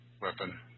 weapon